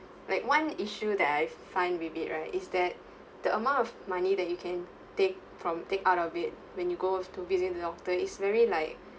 like one issue that I find vivid right is that the amount of money that you can take from take out of it when you go to visit the doctor it's very like